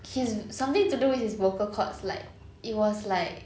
he has something to do with his vocal chords like it was like